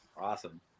Awesome